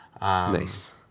Nice